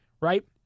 right